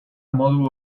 modu